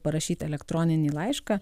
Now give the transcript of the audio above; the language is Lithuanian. parašyt elektroninį laišką